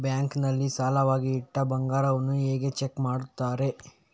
Bank ನಲ್ಲಿ ಸಾಲವಾಗಿ ಇಟ್ಟ ಬಂಗಾರವನ್ನು ಹೇಗೆ ಚೆಕ್ ಮಾಡುತ್ತಾರೆ?